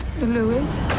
Lewis